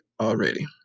already